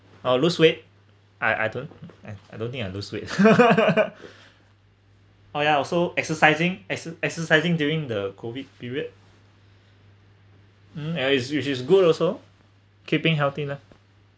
I'll lose weight I I don't I don't think I lose weight oh yeah so exercising ex~ exercising during the COVID period um and is which is good also keeping healthy lah